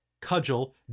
Cudgel